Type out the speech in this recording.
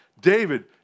David